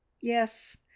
Yes